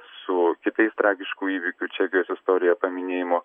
su kitais tragiškų įvykių čekijos istorijoje paminėjimu